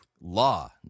Law